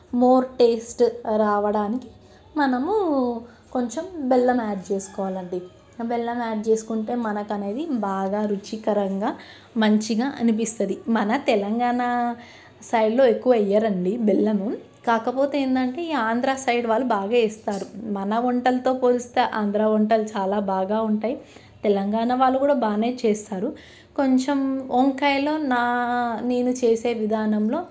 more taste రావడానికి మనము కొంచెం బెల్లం యాడ్ చేసుకోవాలి అండి ఆ బెల్లం యాడ్ చేసుకుంటే మనకి అనేది బాగా రుచికరంగా మంచిగా అనిపిస్తుంది మన తెలంగాణ సైడ్లో ఎక్కువ వేయరండి బెల్లము కాకపోతే ఏంటంటే ఈ ఆంధ్ర సైడ్ వాళ్ళు బాగా వేస్తారు మన వంటలతో పోలిస్తే ఆంధ్రా వంటలు చాలా బాగా ఉంటాయి తెలంగాణ వాళ్లు కూడా బాగానే చేస్తారు కొంచెం వంకాయలో నా నేను చేసే విధానంలో